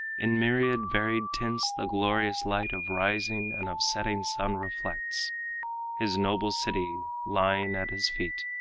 in myriad varied tints the glorious light of rising and of setting sun reflects his noble city lying at his feet,